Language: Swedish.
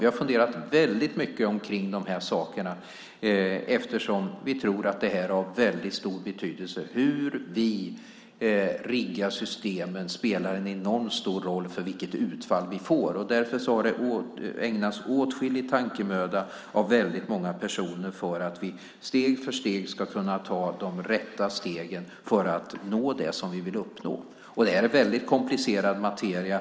Vi har funderat väldigt mycket på de här sakerna eftersom vi tror att det är av väldigt stor betydelse. Hur vi riggar systemen spelar en enormt stor roll för vilket utfall vi får. Därför har väldigt många personer ägnat åtskillig tankemöda åt att vi steg för steg ska kunna ta de rätta stegen för att nå det som vi vill uppnå. Det här är en väldigt komplicerad materia.